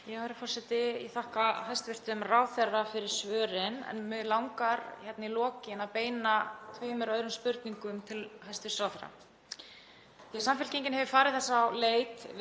Herra forseti. Ég þakka hæstv. ráðherra fyrir svörin. Mig langar í lokin að beina tveimur öðrum spurningum til hæstv. ráðherra því að Samfylkingin hefur farið þess á leit